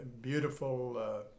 beautiful